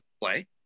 play